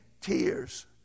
tears